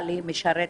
אבל היא משמשת